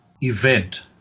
event